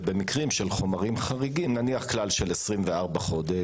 ובמקרים של חומרים חריגים - נניח כלל של 24 חודש,